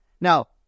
Now